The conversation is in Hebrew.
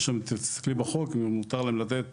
אם תסתכלי בחוק מותר להם לתת